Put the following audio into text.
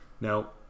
now